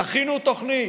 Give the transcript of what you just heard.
תכינו תוכנית.